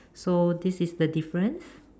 so this is the difference